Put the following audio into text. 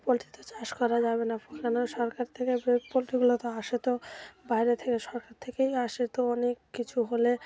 poultry তো চাষ করা যাবে না কেন সরকার থেকে পোলট্রিগুলো তো আসে তো বাইরে থেকে সরকার থেকেই আসে তো অনেক কিছু হলে